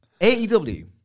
AEW